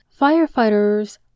firefighters